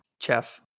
chef